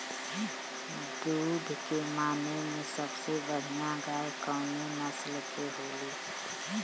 दुध के माने मे सबसे बढ़ियां गाय कवने नस्ल के होली?